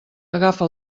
agafa